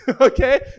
Okay